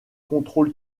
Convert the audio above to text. contrôle